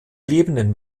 lebenden